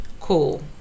Cool